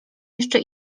jeszcze